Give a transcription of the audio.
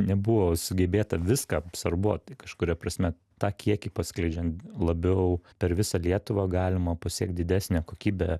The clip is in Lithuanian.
nebuvo sugebėta viską absorbuot tai kažkuria prasme tą kiekį paskleidžiant labiau per visą lietuvą galima pasiekt didesnę kokybę